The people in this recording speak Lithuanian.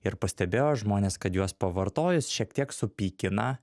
ir pastebėjo žmonės kad juos pavartojus šiek tiek supykina